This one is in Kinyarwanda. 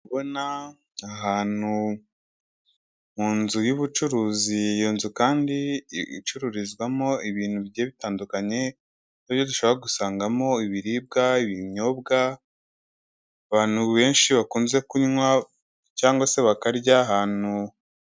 Ndikubona ahantu mu nzu y'ubucuruzi, iyo nzu kandi icururizwamo ibintu bigiye bitandukanye, ari yo dushobora gusangamo ibiribwa, ibinyobwa, abantu benshi bakunze kunywa cyangwa se bakarya ahantu.